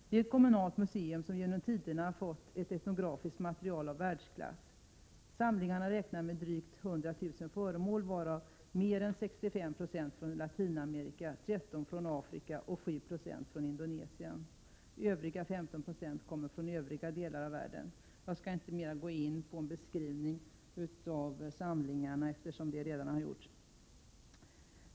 Det är ett kommunalt museum som genom tiderna fått ett etnografiskt material av världsklass. Samlingarna omfattar drygt 100 000 föremål, varav mer än 65 26 är från Latinamerika, 13 96 från Afrika och 796 från Prot. 1987/88:105 Indonesien. Övriga 15 Zo kommer från övriga delar av världen. 21 april 1988 Jag skall inte göra någon ytterligare beskrivning av samlingarna, eftersom detta redan har gjorts.